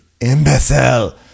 imbecile